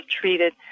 treated